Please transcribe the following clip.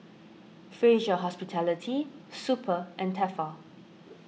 Fraser Hospitality Super and Tefal